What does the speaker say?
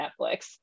netflix